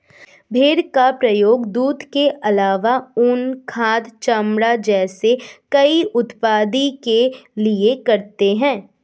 भेड़ का प्रयोग दूध के आलावा ऊन, खाद, चमड़ा जैसे कई उत्पादों के लिए करते है